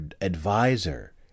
advisor